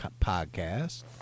Podcast